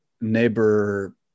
neighbor